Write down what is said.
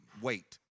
wait